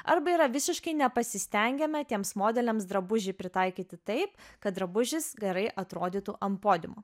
arba yra visiškai nepasistengiama tiems modeliams drabužį pritaikyti taip kad drabužis gerai atrodytų ant podiumo